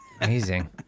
Amazing